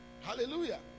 Hallelujah